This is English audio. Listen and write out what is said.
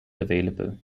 available